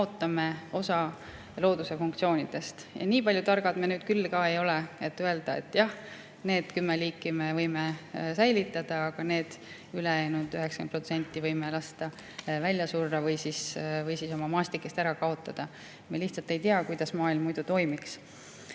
kaotame osa looduse funktsioonidest. Nii targad me küll ei ole, et öelda, et need kümme liiki me võime säilitada, aga nendel ülejäänud 90%‑l võime lasta välja surra või siis nad oma maastikest ära kaotada. Me lihtsalt ei tea, kuidas maailm siis toimiks.